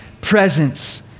presence